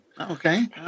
Okay